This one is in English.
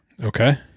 Okay